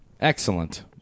Excellent